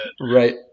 Right